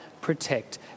protect